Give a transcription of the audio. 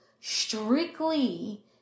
strictly